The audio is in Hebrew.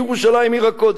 בירושלים עיר הקודש,